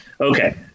Okay